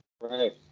Right